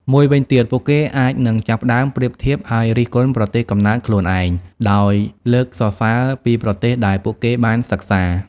មួយវិញទៀត ពួកគេអាចនឹងចាប់ផ្តើមប្រៀបធៀប ហើយរិះគន់ប្រទេសកំណើតខ្លួនឯង ដោយលើកសរសើរពីប្រទេសដែលពួកគេបានសិក្សា។